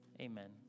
amen